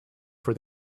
for